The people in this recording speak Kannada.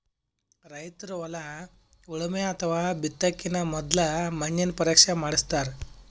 ರೈತರ್ ಹೊಲ ಉಳಮೆ ಅಥವಾ ಬಿತ್ತಕಿನ ಮೊದ್ಲ ಮಣ್ಣಿನ ಪರೀಕ್ಷೆ ಮಾಡಸ್ತಾರ್